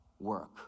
work